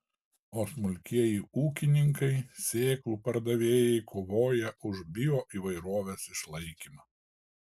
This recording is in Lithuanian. o smulkieji ūkininkai sėklų pardavėjai kovoja už bioįvairovės išlaikymą